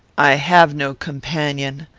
i have no companion,